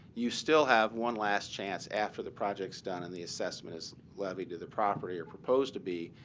you still have one last chance after the project's done and the assessment is levied to the property, or proposed to be.